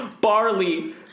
Barley